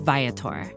Viator